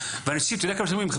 אתה יודע כמה אנשים אומרים לי,